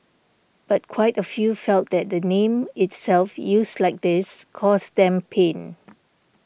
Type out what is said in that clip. but quite a few felt that the name itself used like this caused them pain